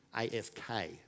A-S-K